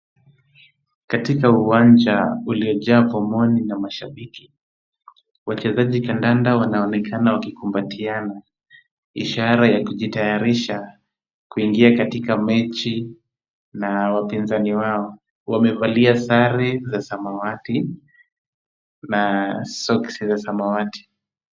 Katika uwanja uliojaa pomoni na mashabiki, wachezaji kandanda wanonekana wakikumbatiana, ishara ya kujitayarisha kuingia katika mechi na wapinzani wao. Wamevalia sare za samawati na socks za samawati.